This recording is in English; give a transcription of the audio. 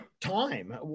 time